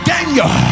Daniel